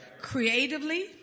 creatively